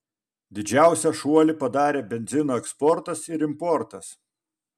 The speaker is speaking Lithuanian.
didžiausią šuolį padarė benzino eksportas ir importas